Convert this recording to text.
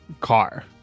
car